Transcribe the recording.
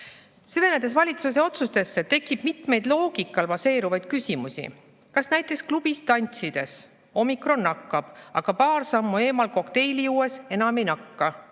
Süvenedes valitsuse otsustesse, tekib mitmeid loogikal baseeruvaid küsimusi. Kas näiteks klubis tantsides omikron nakkab, aga paar sammu eemal kokteili juues enam ei nakka?